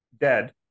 dead